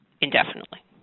indefinitely